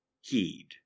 heed